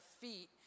feet